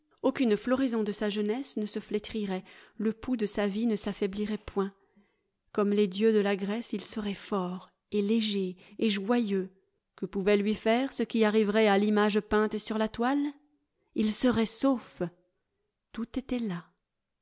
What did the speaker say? aucune floraison de sa jeunesse ne se flétrirait le pouls de sa vie ne s'affaiblirait point comme les dieux de la grèce il serait fort et léger et joyeux que pouvait lui faire ce qui arriverait à l'image peinte sur la toile il serait sauf tout était là